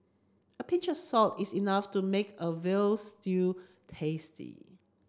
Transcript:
a pinch of salt is enough to make a veal stew tasty